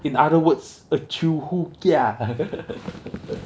in other words a